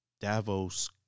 Davos